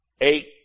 eight